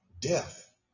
death